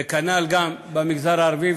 וכנ"ל גם במגזר הערבי,